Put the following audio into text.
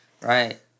Right